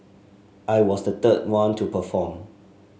I was the third one to perform